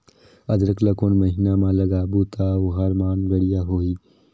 अदरक ला कोन महीना मा लगाबो ता ओहार मान बेडिया होही?